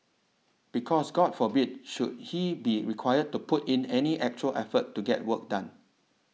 because god forbid should he be required to put in any actual effort to get work done